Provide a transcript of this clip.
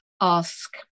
ask